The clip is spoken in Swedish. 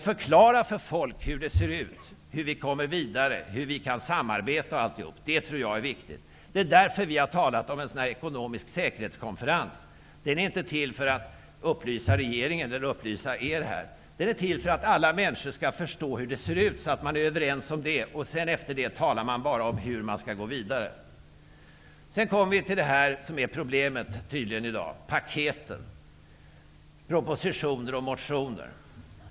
Förklara för folk hur det ser ut, hur vi kommer vidare och hur vi kan samarbeta. Det tror jag är viktigt. Därför har vi talat om en ekonomisk säkerhetskonferens. Den är inte till för att upplysa regeringen eller er, utan den är till för att alla människor skall förstå hur det ser ut så att man är överens om detta. Sedan kan man tala om hur man skall gå vidare. Så kommer jag till det som tydligen är problemet i dag: paket, propositioner och motioner.